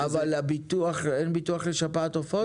אבל בביטוח, אין ביטוח לשפעת עופות?